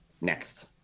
Next